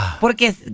porque